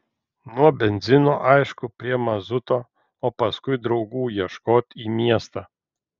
nuo benzino aišku prie mazuto o paskui draugų ieškot į miestą